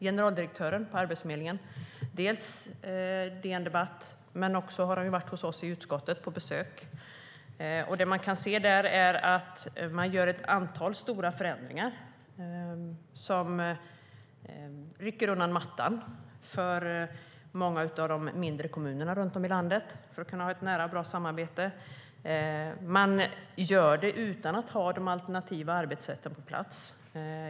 Generaldirektören på Arbetsförmedlingen har skrivit på DN Debatt. Han har också varit på besök hos oss i utskottet. Det man kan se är att det görs ett antal stora förändringar som rycker undan mattan för många av de mindre kommunerna runt om i landet när det gäller att kunna ha ett nära och bra samarbete. Man gör detta utan att ha de alternativa arbetssätten på plats.